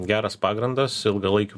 geras pagrindas ilgalaikių